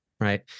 right